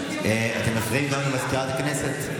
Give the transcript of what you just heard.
אתם מפריעים כאן לסגנית מזכיר הכנסת.